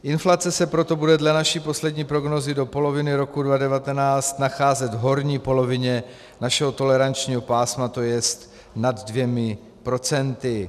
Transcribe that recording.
Inflace se proto bude dle naší poslední prognózy do poloviny roku 2019 nacházet v horní polovině našeho tolerančního pásma, to jest nad dvěma procenty.